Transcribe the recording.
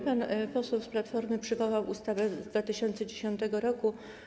Pan poseł z Platformy przywołał ustawę z 2010 r.